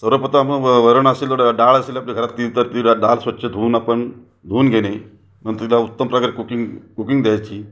सर्वप्रथम व वरण असेल डाळ असेल आपल्या घरातली तर ती डाळ स्वच्छ धऊन आपण धुऊन घेणे नंतर तिला उत्तम प्रकारे कुकिंग कुकिंग द्यायची